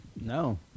No